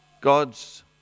God's